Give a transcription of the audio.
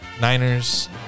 Niners